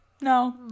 no